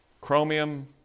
chromium